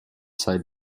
sei